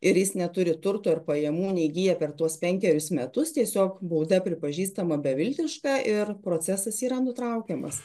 ir jis neturi turto ir pajamų neįgyja per tuos penkerius metus tiesiog bauda pripažįstama beviltiška ir procesas yra nutraukiamas